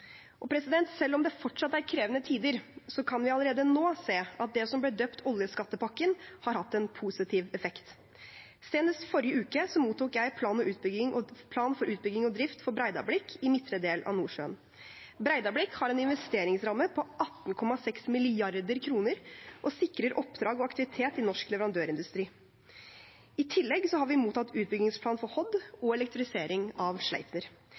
Selv om det fortsatt er krevende tider, kan vi allerede nå se at det som ble døpt oljeskattepakken, har hatt en positiv effekt. Senest i forrige uke mottok jeg plan for utbygging og drift for Breidablikk i midtre del av Nordsjøen. Breidablikk har en investeringsramme på 18,6 mrd. kr og sikrer oppdrag og aktivitet i norsk leverandørindustri. I tillegg har vi mottatt utbyggingsplan for Hod og elektrifisering av